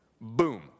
Boom